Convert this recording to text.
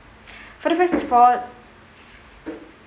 for the first for